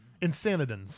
insanity